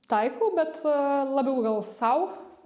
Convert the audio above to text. taikau bet labiau gal sau